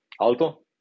Alto